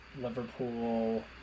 liverpool